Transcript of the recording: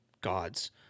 God's